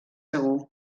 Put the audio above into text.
segur